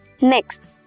Next